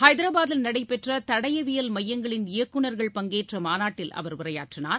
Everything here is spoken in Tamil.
ஐதராபாத்தில் நடைபெற்ற தடயவியல் மையங்களின் இயக்குநர்கள் பங்கேற்ற மாநாட்டில் அவர் உரையாற்றினார்